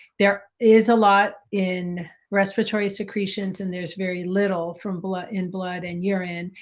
there is a lot in respiratory secretions and there's very little from blood, in blood and urine.